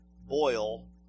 boil